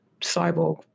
cyborg